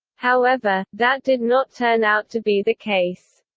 however, that did not turn out to be the case.